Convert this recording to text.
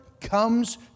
comes